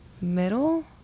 middle